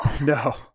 no